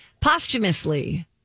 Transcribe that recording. Posthumously